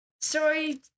Sorry